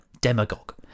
demagogue